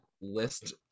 list